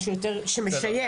משהו שמשייך.